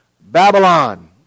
Babylon